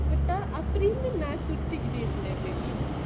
விட்டா அப்பிடிருந்து:vittaa appidirunthu match சுட்டி கிட்டிருந்தா:sutti kittirunthaa baby